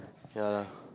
ya lah